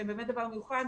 שהן באמת דבר מיוחד,